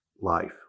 life